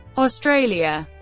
australia